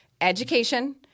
Education